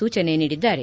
ಸೂಚನೆ ನೀಡಿದ್ದಾರೆ